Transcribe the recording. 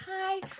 hi